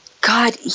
God